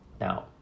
Now